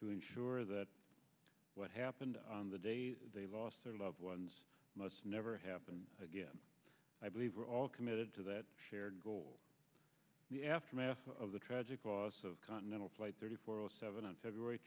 to ensure that what happened on the day they lost their loved ones must never happen again i believe we're all committed to that shared goal the aftermath of the tragic loss of continental flight thirty seven on february